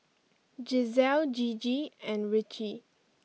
Giselle Gigi and Ritchie